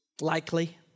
likely